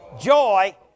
joy